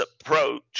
approach